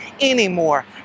anymore